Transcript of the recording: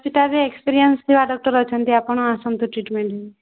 ହସ୍ପିଟାଲ୍ରେ ଏକ୍ସପିରିଏନ୍ସ ଥିବା ଡକ୍ଟର୍ ଅଛନ୍ତି ଆପଣ ଆସନ୍ତୁ ଟ୍ରିଟ୍ମେଣ୍ଟ୍